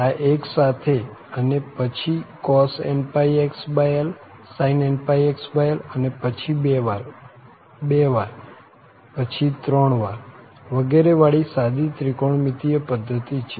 આ 1 સાથે અને પછી cos πxl sin πxl અને પછી બે વાર બે વાર પછી ત્રણ વાર વગેરે વાળી સાદી ત્રિકોણમિતિય પધ્ધતિ છે